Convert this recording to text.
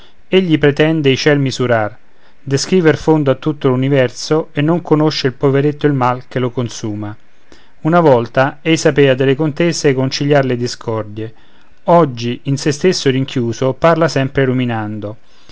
dell'uscio egli pretende i cieli misurar descriver fondo a tutto l'universo e non conosce il poveretto il mal che lo consuma una volta ei sapea nelle contese conciliar le discordie oggi in se stesso rinchiuso parla sempre ruminando